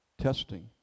testing